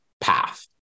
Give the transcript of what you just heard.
path